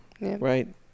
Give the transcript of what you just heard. right